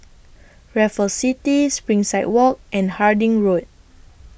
Raffles City Springside Walk and Harding Road